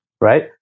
right